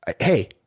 hey